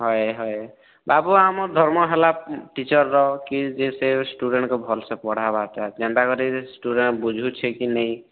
ହଏ ହଏ ବାବୁ ଆମେ ଧର୍ମ ହେଲା ଟିଚର୍ର କି ଷ୍ଟୁଡେଣ୍ଟକେ ଭଲ୍ସେ ପଢ଼ାବା ଯେନ୍ତା କରି ଷ୍ଟୁଡ଼େଣ୍ଟ୍ ବୁଝୁଛେ କି ନାଇଁ